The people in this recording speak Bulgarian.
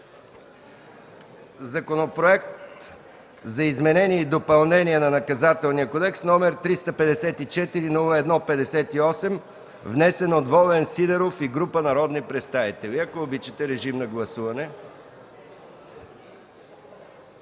Законопроект за изменение и допълнение на Наказателния кодекс, № 354-01-58, внесен от Волен Сидеров и група народни представители. Моля, гласувайте.